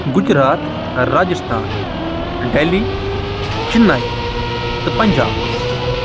گُجرات راجِستھان ڈیٚلی چِناے تہٕ پنجاب